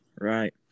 Right